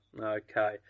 Okay